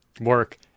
work